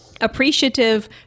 appreciative